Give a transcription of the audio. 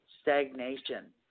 stagnation